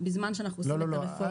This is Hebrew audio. בזמן שאנחנו אוספים את הנתונים.